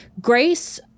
Grace